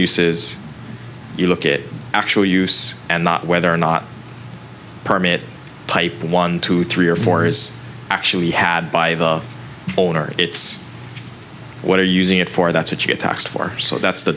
uses you look at actual use and not whether or not permit type one two three or four is actually had by the owner it's what are you using it for that's what you get asked for so that's the